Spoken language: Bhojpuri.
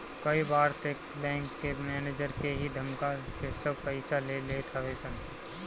कई बार तअ बैंक के मनेजर के ही धमका के सब पईसा ले लेत हवे सन